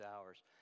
hours